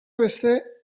beste